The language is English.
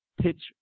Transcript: pitch